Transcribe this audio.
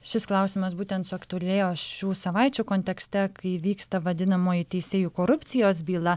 šis klausimas būtent suaktualėjo šių savaičių kontekste kai vyksta vadinamoji teisėjų korupcijos byla